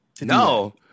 No